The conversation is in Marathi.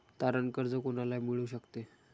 तारण कर्ज कोणाला मिळू शकते?